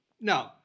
No